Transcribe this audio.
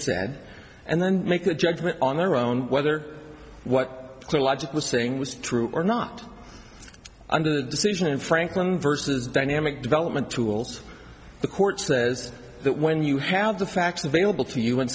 said and then make a judgment on their own whether what clear logic was saying was true or not under the decision in franklin versus dynamic development tools the court says that when you have the facts available to you when